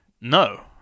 No